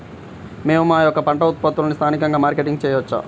మేము మా యొక్క పంట ఉత్పత్తులని స్థానికంగా మార్కెటింగ్ చేయవచ్చా?